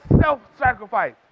self-sacrifice